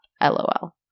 LOL